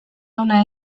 ona